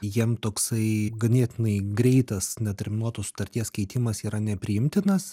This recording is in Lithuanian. jiem toksai ganėtinai greitas neterminuotos sutarties keitimas yra nepriimtinas